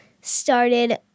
started